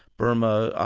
burma,